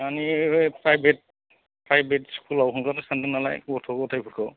मानि private private स्कुलाव हगारनो सानदों नालाय गथ' गथायफोरखौ